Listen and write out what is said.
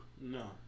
No